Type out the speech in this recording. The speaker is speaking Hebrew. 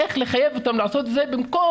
איך לחייב אותם לעשות את זה במקום